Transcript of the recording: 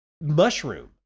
mushroom